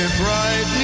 bright